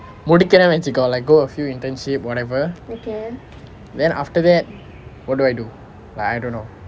முடிக்கிறேன் வைச்சுக்கோ:mudikiren vaichuko like go a few internship whatever then after that what do I do like I don't know